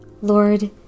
Lord